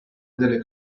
delle